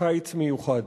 קיץ מיוחד.